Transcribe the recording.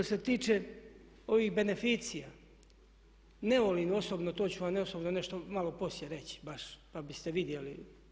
Što se tiče ovih beneficija ne volim osobno, to ću vam i osobno nešto malo poslije reći, pa biste vidjeli.